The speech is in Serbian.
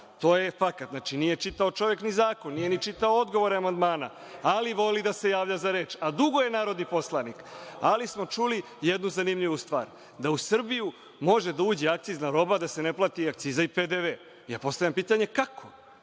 To je fakat. Znači, čovek nije čitao ni zakon, niti je čitao odgovore amandmana. Ali, voli da se javi za reč. A dugo je narodni poslanik. Čuli smo jednu zanimljivu stvar – da u Srbiju može da uđe akcizna roba a da se ne plati akciza i PDV. Ja postavljam pitanje – kako?